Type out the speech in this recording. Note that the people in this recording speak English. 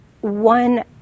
one